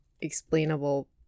explainable